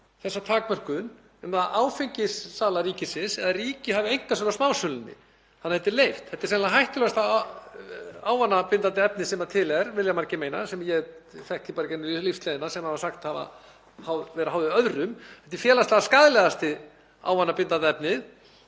þessa takmörkun um að áfengissala ríkisins eða ríkið hafi einkarétt á smásölunni. Þannig að þetta er leyft. Þetta er sennilega hættulegasta ávanabindandi efni sem til er, vilja margir meina, sem ég þekki bara í gegnum lífsleiðina sem hafa verið háðir öðrum efnum. Þetta er félagslega skaðlegasta ávanabindandi efnið,